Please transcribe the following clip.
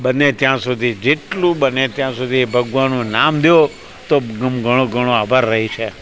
બંને ત્યાં સુધી જેટલું બને ત્યાં સુધી ભગવાનનું નામ દો તો ઘણો ઘણો આભાર રહે છે